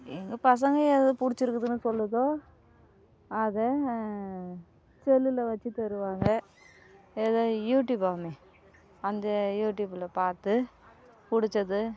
எங்கள் பசங்கள் எது பிடிச்சிருக்குதுனு சொல்லுதோ அதை செல்லில் வச்சுத்தருவாங்க ஏதோ யூட்யூபாமே அந்த யூட்யூபில் பார்த்து பிடுச்சது